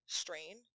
strain